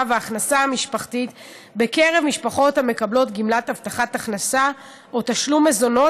וההכנסה המשפחתית בקרב משפחות המקבלות גמלת הבטחת הכנסה או תשלום מזונות